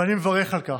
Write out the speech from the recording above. ואני מברך על כך.